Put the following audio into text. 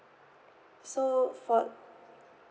so for